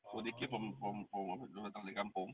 so they came from from from dia orang datang dari kampung